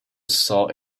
saw